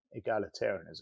egalitarianism